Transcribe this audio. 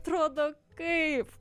atrodo kaip